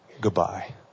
goodbye